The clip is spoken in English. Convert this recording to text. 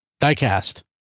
diecast